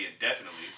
indefinitely